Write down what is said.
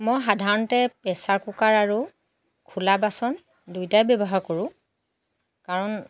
মই সাধাৰণতে pressure cooker আৰু খোলা বাচন দুয়োটায়ে ব্যৱহাৰ কৰোঁ কাৰণ